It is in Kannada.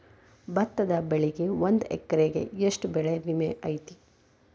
ಭತ್ತದ ಬೆಳಿಗೆ ಒಂದು ಎಕರೆಗೆ ಎಷ್ಟ ಬೆಳೆ ವಿಮೆ ಐತಿ?